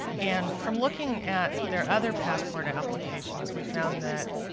and from looking at their other passport applications, we found that